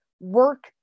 Work